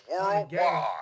Worldwide